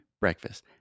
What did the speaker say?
breakfast